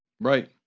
Right